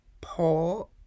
Paul